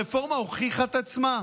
הרפורמה הוכיחה את עצמה?